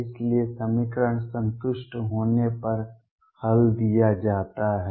इसलिए समीकरण संतुष्ट होने पर हल दिया जाता है